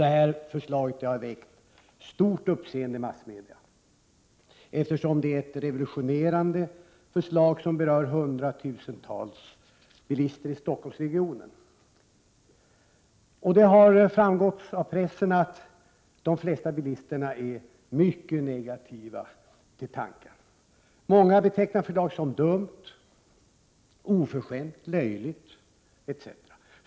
Detta förslag har väckt stort uppseende i massmedia, eftersom det är ett revolutionerande förslag som berör hundratusentals bilister i Stockholmsregionen. Det har framgått av pressen att de flesta bilister är mycket negativa till tanken. Många betecknar förslaget som dumt, oförskämt, löjligt etc.